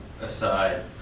aside